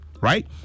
right